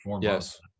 Yes